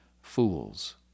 fools